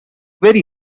very